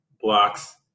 blocks